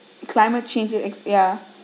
climate change ex~ ya